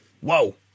Whoa